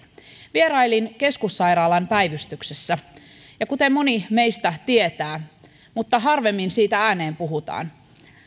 vierailin keskussairaalan päivystyksessä ja kuten moni meistä tietää mutta harvemmin siitä ääneen puhutaan